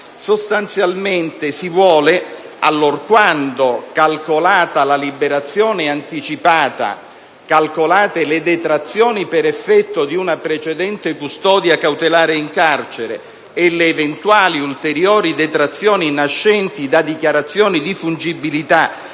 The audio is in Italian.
allorquando verifichi che - calcolata la liberazione anticipata, calcolate le detrazioni per effetto di una precedente custodia cautelare in carcere e le eventuali, ulteriori detrazioni nascenti da dichiarazioni di fungibilità